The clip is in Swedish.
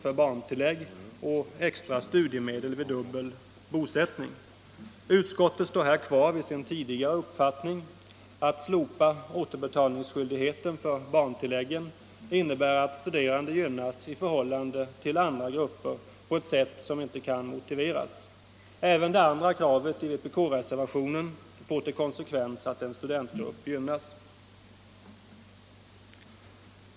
Utskottet står här kvar vid sin tidigare uppfattning. Att slopa återbetalningsskyldigheten för barntilläggen innebär att studerande gynnas i förhållande till andra grupper på ett sätt som inte kan motiveras. Även det andra kravet i vpk-reservationen får till konsekvens att en studentgrupp gynnas.